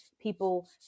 people